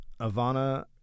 Ivana